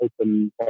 open